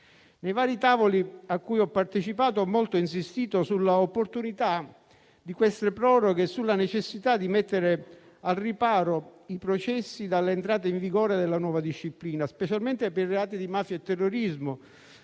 Nei vari tavoli a cui ho partecipato, ho molto insistito sull'opportunità di queste proroghe e sulla necessità di mettere al riparo i processi dall'entrata in vigore della nuova disciplina, specialmente per reati di mafia e terrorismo,